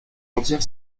entière